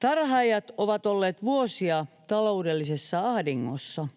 Tarhaajat ovat olleet vuosia taloudellisessa ahdingossa,